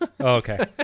okay